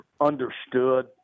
understood